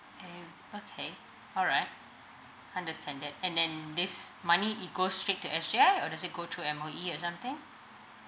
eh okay alright understand that and then this money it goes straight to S_J_I or does it go through M_O_E or something